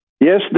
Yes